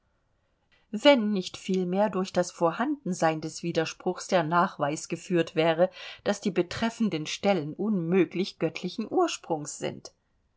wenn nicht vielmehr durch das vorhandensein des widerspruchs der nachweis geführt wäre daß die betreffenden stellen unmöglich göttlichen ursprungs sind